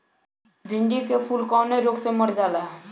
भिन्डी के फूल कौने रोग से मर जाला?